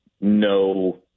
no